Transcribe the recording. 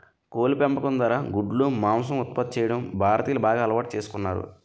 కోళ్ళ పెంపకం ద్వారా గుడ్లు, మాంసం ఉత్పత్తి చేయడం భారతీయులు బాగా అలవాటు చేసుకున్నారు